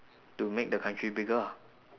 to make the country bigger ah